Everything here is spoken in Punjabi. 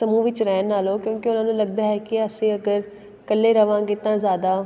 ਸਮੂਹ ਵਿੱਚ ਰਹਿਣ ਨਾਲੋਂ ਕਿਉਂਕਿ ਉਹਨਾਂ ਨੂੰ ਲੱਗਦਾ ਹੈ ਕਿ ਅਸੀਂ ਅਗਰ ਇਕੱਲੇ ਰਹਾਂਗੇ ਤਾਂ ਜ਼ਿਆਦਾ